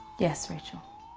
yes, rachel.